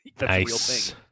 nice